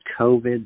COVID